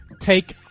Take